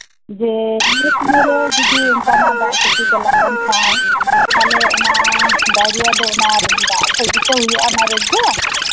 ᱡᱮ ᱥᱚᱢᱚᱭ ᱨᱮ ᱚᱱᱠᱟᱱᱟᱜ ᱫᱟᱜ ᱥᱮᱡᱽ ᱠᱚ ᱪᱟᱞᱟᱜ ᱠᱟᱱ ᱠᱷᱟᱱ ᱛᱟᱦᱞᱦᱮ ᱚᱱᱟ ᱰᱟᱭᱨᱤᱭᱟ ᱫᱚ ᱚᱱᱟ ᱫᱟᱜ ᱠᱷᱚᱱ ᱜᱮᱛᱚ ᱦᱩᱭᱩᱜᱼᱟ ᱚᱱᱟ ᱨᱳᱜ ᱫᱚ